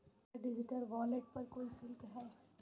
क्या digital wallet पर कोई शुल्क है?